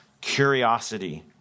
curiosity